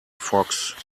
fox